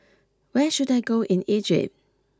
where should I go in Egypt